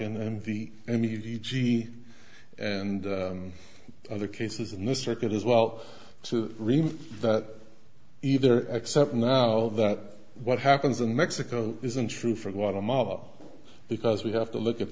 bark and the immediate g and other cases and the circuit as well to remove that either except now that what happens in mexico isn't true for guatemala because we have to look at